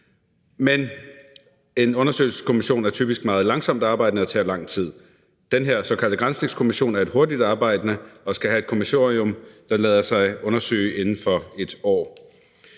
men en undersøgelseskommission er typisk meget langsomt arbejdende og tager lang tid. Den her såkaldte granskningskommission er hurtigt arbejdende og skal have et kommissorium, der lader sig undersøge inden for 1 år.